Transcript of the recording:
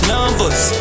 Numbers